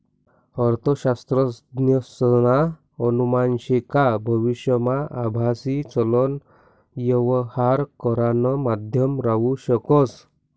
अर्थशास्त्रज्ञसना अनुमान शे का भविष्यमा आभासी चलन यवहार करानं माध्यम राहू शकस